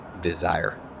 desire